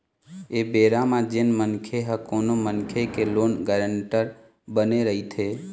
ऐ बेरा म जेन मनखे ह कोनो मनखे के लोन गारेंटर बने रहिथे